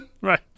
Right